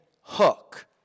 hook